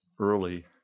early